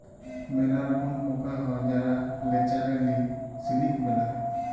ম্যালা রকম পকা হ্যয় যারা ল্যাচারেলি সিলিক বেলায়